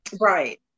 Right